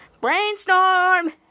Brainstorm